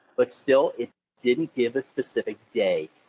but still, it didn't give a specific day,